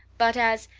but as,